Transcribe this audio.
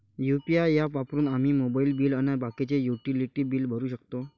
UPI app वापरून आम्ही mobile bill अन बाकीचे युटिलिटी बिल भरू शकतो